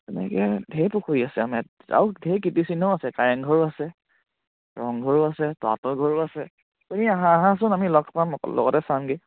তেনেকে ঢেৰ পুখুৰী আছে আমাৰ ইয়াত আৰু ঢেৰ কীৰ্তিচিহ্নও আছে কাৰেংঘৰো আছে ৰংঘৰো আছে তলাতল ঘৰো আছে তুমি আহা আহাচোন আমি লগ পাম অকল লগতে চাওঁগে